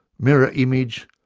mirror image,